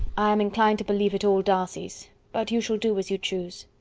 i am inclined to believe it all darcy's but you shall do as you choose.